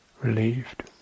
relieved